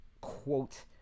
quote